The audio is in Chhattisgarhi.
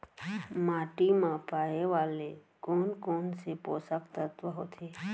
माटी मा पाए वाले कोन कोन से पोसक तत्व होथे?